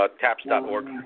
Taps.org